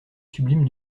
sublime